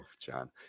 John